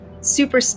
super